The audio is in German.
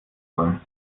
soll